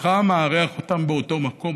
אינך מארח אותם באותו מקום,